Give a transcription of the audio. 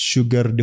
Sugar